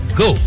go